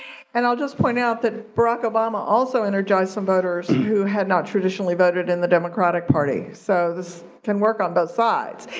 and i'll just point out that barack obama also energized some voters who had not traditionally voted in the democratic party. so this can work on both sides.